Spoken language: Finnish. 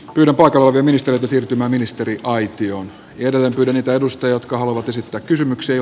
kyllä paikalla oli ministereitä siirtymäministeri aitioon ylläpitänyt ajatusta jotka haluavat esittää kysymyksiä